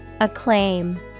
Acclaim